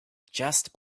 just